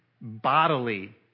bodily